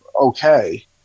okay